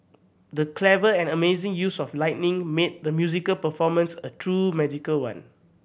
the clever and amazing use of lighting made the musical performance a true magical one